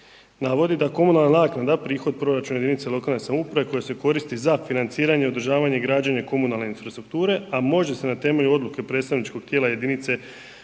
navodi da komunalna naknada prihod proračuna jedinica lokalne samouprave koji se koristi za financiranje, održavanje i građenje komunalne infrastrukture a može se na temelju odluke predstavničkog tijela jedinice